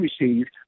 received